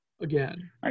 again